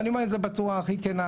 ואני אומר את זה בצורה הכי כנה.